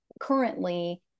currently